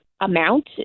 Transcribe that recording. amount